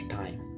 time